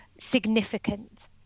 significant